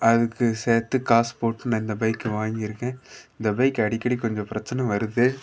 அதுக்கு சேர்த்து காசு போட்டு நான் இந்த பைக்கை வாங்கியிருக்கேன் இந்த பைக் அடிக்கடி கொஞ்சம் பிரச்சனை வருது